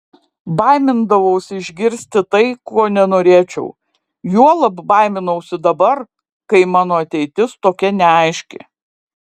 baimindavausi išgirsti tai ko nenorėčiau juolab baiminausi dabar kai mano ateitis tokia neaiški